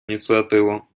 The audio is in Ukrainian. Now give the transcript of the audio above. ініціативу